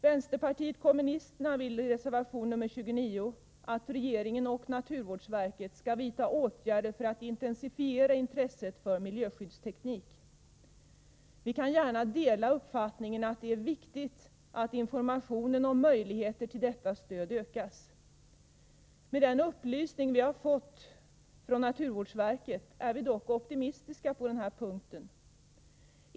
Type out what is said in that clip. Vänsterpartiet kommunisterna vill i reservation nr 29 att regeringen och naturvårdsverket skall vidta åtgärder för att intensifiera intresset för miljöskyddsteknik. Vi kan gärna dela uppfattningen att det är viktigt att informationen om möjligheterna att få detta stöd ökas. Med den upplysning vi har fått från naturvårdsverket är vi dock optimistiska på den här punkten.